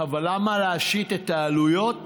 אבל למה להשית את העלויות